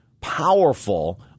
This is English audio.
powerful